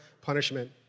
punishment